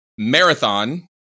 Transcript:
Marathon